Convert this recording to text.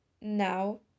now